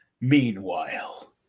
Meanwhile